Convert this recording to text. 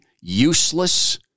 useless